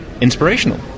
inspirational